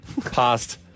passed